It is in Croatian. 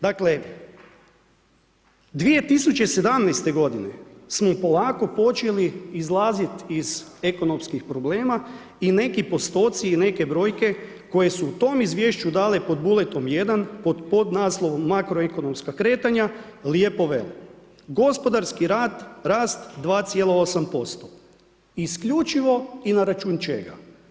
Dakle, 2017. godine smo polako počeli izlazit iz ekonomskih problema i neki postoci i neke brojke koje su u tom izvješću dale pod bulletom 1 pod podnaslovom makroekonomska kretanja lijepo vele: gospodarski rast 2,8% isključivo i na račun čega?